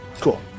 Cool